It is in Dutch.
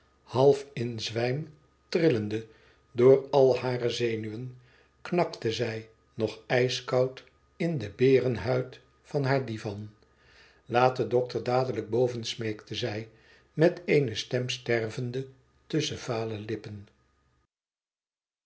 half in zwijm trillende door al hare zenuwen knakte zij nog ijskoud in de ijsbeerenhuid van haar divan laat den dokter dadelijk boven smeekte zij met eene stem stervende tusschen vale lippen